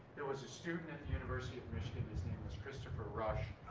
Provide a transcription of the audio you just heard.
there was a student at the university of michigan, his name was christopher rush,